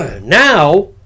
Now